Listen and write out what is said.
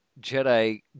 Jedi